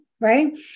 right